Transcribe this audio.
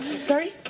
Sorry